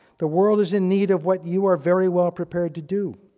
the world is in need of what you are very well prepared to do.